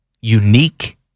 unique